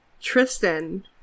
Tristan